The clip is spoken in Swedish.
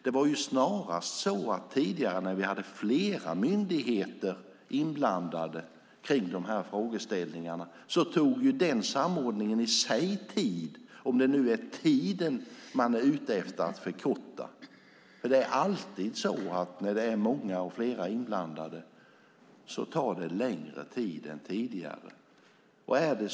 Snarare var det så att tidigare, när vi hade flera myndigheter inblandade i dessa frågor, tog samordningen i sig tid - om det nu är tiden man är ute efter att förkorta. När det är många inblandade tar det alltid längre tid.